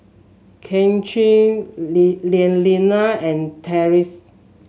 Kaycee Lee Lilianna and Tyreese